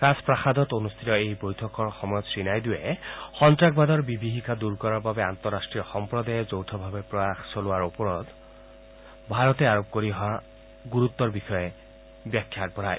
ৰাজপ্ৰাসাদত অনুষ্ঠিত এই বৈঠকৰ সময়ত শ্ৰীনাইডুৱে সন্তাসবাদৰ বিভীয়িকা দূৰ কৰাৰ বাবে আন্তঃৰাষ্ট্ৰীয় সম্প্ৰদায়ে যৌথভাৱে প্ৰয়াস চলোৱাৰ আৱশ্যকতাৰ ওপৰত ভাৰতে আৰোপ কৰি অহা গুৰুত্বৰ বিষয়ে ব্যাখ্যা আগবঢ়ায়